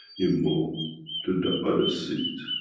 you move to the other seat.